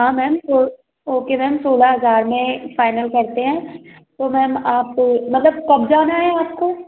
हाँ मैम तो okay ma'am सोलह हज़ार में फाइनल करते हैं तो मैम आपको मतलब कब जाना है आपको